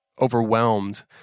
overwhelmed